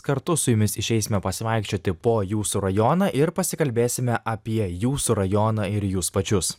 kartu su jumis išeisime pasivaikščioti po jūsų rajoną ir pasikalbėsime apie jūsų rajoną ir jus pačius